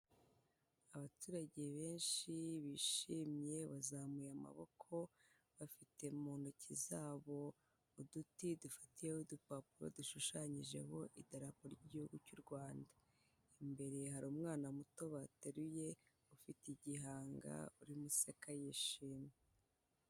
Abaturage benshi bishimye bazamuye amaboko, bafite mu ntoki zabo uduti dufatiyeho udupapuro dushushanyijeho idarapo ry'Igihugu cy'u Rwanda, imbere hari umwana muto bateruye ufite igihanga urimo useka yishimye.